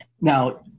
Now